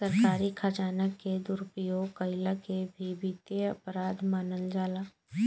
सरकारी खजाना के दुरुपयोग कईला के भी वित्तीय अपराध मानल जाला